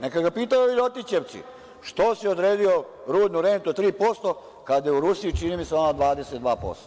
Neka ga pitaju ljotićevci – što si odredio rudnu rentu od 3% kad je u Rusiji, čini mi se ona 22%